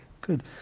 good